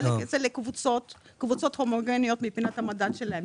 לחלק את זה לקבוצות הומוגניות מבחינת המדד שלהם,